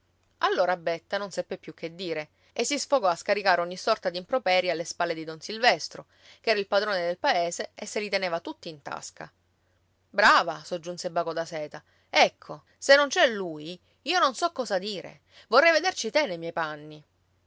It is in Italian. la betta non seppe più che dire e si sfogò a scaricare ogni sorta d'improperi alle spalle di don silvestro ch'era il padrone del paese e se li teneva tutti in tasca brava soggiunse baco da seta ecco se non c'è lui io non so cosa dire vorrei vederci te nei miei panni